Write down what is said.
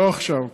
לא עכשיו,